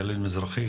גליל מזרחי,